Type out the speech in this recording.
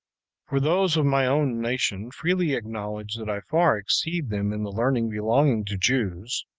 for those of my own nation freely acknowledge that i far exceed them in the learning belonging to jews